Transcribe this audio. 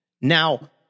now